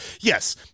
yes